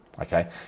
Okay